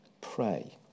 Pray